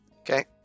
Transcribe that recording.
Okay